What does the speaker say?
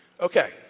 Okay